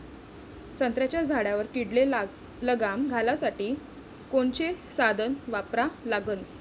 संत्र्याच्या झाडावर किडीले लगाम घालासाठी कोनचे साधनं वापरा लागन?